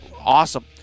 awesome